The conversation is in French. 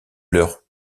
leurre